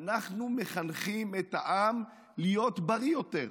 אנחנו מחנכים את העם להיות בריא יותר.